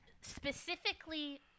specifically